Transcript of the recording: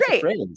Great